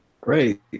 great